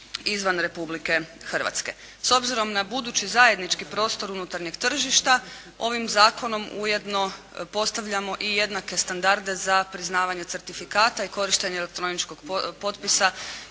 izvan Republike Hrvatske. S obzirom na budući zajednički prostor unutarnjeg tržišta ovim zakonom ujedno postavljamo i jednake standarde za priznavanje certifikata i korištenje elektroničkog potpisa